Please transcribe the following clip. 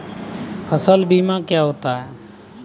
फसल बीमा क्या होता है?